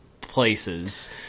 places